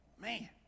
Man